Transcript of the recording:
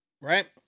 right